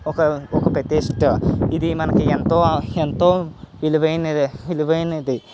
ఒక ఒక ప్రతిష్ట ఇది మనకి ఎంతో ఎంతో విలువైన విలువైనది